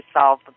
solve